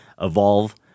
evolve